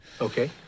okay